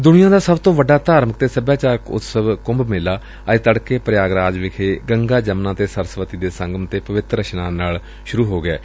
ਦੁਨੀਆਂ ਦਾ ਸਭ ਤੋਂ ਵੱਡਾ ਧਾਰਮਿਕ ਅਤੇ ਸਭਿਆਚਾਰਕ ਉਤਸਵ ਕੁੰਭ ਮੇਲਾ ਅੱਜ ਤੜਕੇ ਪ੍ਯਾਗਰਾਜ ਵਿਖੇ ਗੰਗਾ ਜਮਨਾ ਅਤੇ ਸਰਸਵਤੀ ਦੇ ਸੰਗਮ ਤੇ ਪਵਿੱਤਰ ਇਸ਼ਨਾਨ ਨਾਲ ਸੂਰੁ ਹੋ ਗਿਐ